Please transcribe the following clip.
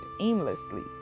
aimlessly